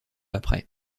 après